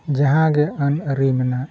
ᱡᱟᱦᱟᱸ ᱜᱮ ᱟᱹᱱ ᱟᱹᱨᱤ ᱢᱮᱱᱟᱜ